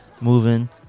moving